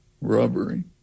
robbery